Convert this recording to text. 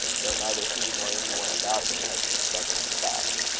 though neither he nor any one about him had suspected the fact.